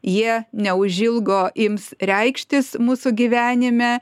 jie neužilgo ims reikštis mūsų gyvenime